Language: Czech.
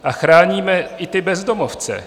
A chráníme i ty bezdomovce.